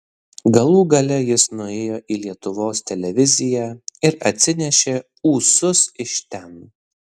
galų gale jis nuėjo į lietuvos televiziją ir atsinešė ūsus iš ten